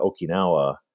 okinawa